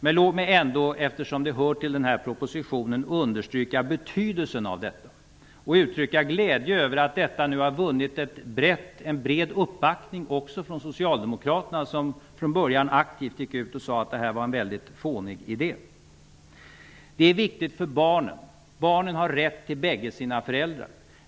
Men låt mig ändå, eftersom det hör till denna proposition, understryka betydelsen av detta och uttrycka glädje över att förslaget nu har fått en bred uppbackning också från Socialdemokraterna, som från början aktivt gick ut och sade att detta var en fånig idé. Detta är viktigt för barnen; barnen har rätt till bägge sina föräldrar.